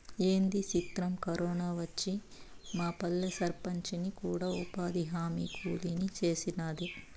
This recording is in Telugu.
ఏంది సిత్రం, కరోనా వచ్చి మాపల్లె సర్పంచిని కూడా ఉపాధిహామీ కూలీని సేసినాది